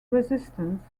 resistance